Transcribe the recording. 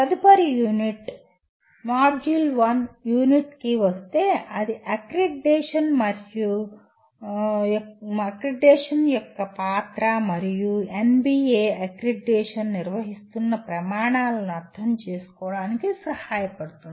తదుపరి unit M1U5 కి వస్తే ఇది అక్రిడిటేషన్ యొక్క పాత్ర మరియు NBA అక్రిడిటేషన్ నిర్వహిస్తున్న ప్రమాణాలను అర్థం చేసుకోవడానికి సహాయపడుతుంది